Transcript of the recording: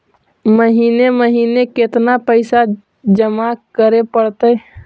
महिने महिने केतना पैसा जमा करे पड़तै?